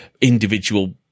individual